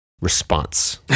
Response